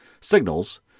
signals